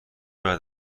بعد